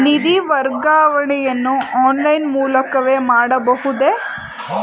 ನಿಧಿ ವರ್ಗಾವಣೆಯನ್ನು ಆನ್ಲೈನ್ ಮೂಲಕವೇ ಮಾಡಬಹುದೇ?